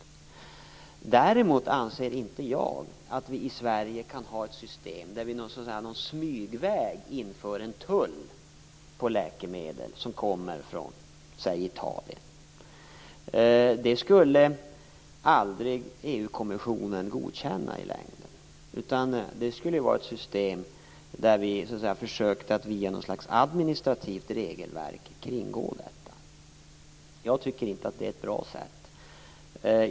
Däremot anser jag inte att vi i Sverige smygvägen kan införa en tull på läkemedel som kommer från t.ex. Italien. Det skulle aldrig EU-kommissionen godkänna i längden. Det skulle vara ett system där vi försökte att via något slags administrativt regelverk kringgå bestämmelserna. Jag tycker inte att det är ett bra sätt.